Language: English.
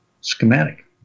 schematic